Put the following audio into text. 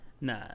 Nah